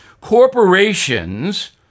Corporations